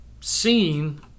seen